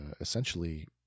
essentially